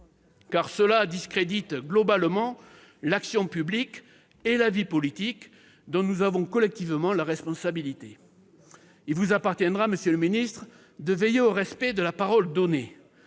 car cela discrédite globalement l'action publique et la vie politique dont nous avons collectivement la responsabilité. Il vous appartiendra, monsieur le secrétaire d'État, de veiller au respect de la parole donnée.